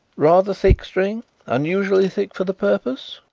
rather thick string unusually thick for the purpose?